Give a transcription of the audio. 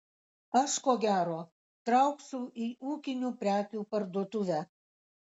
aš ko gero trauksiu į ūkinių prekių parduotuvę